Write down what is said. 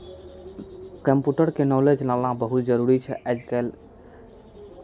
कम्प्यूटरके नॉलेज लाना बहुत जरूरी छै आज कल